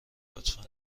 لطفا